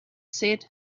said